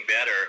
better